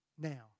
now